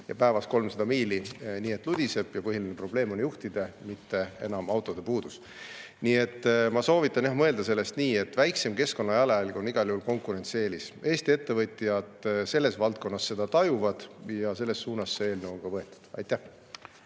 ja päevas 300 miili nii et ludiseb. Põhiline probleem on juhtide, mitte enam autode puudus. Nii et ma soovitan mõelda sellest nii, et väiksem keskkonnajalajälg on igal juhul konkurentsieelis. Eesti ettevõtjad selles valdkonnas seda tajuvad ja selles suunas see eelnõu on ka [koostatud]. Aitäh!